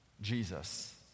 Jesus